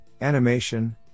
animation